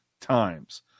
times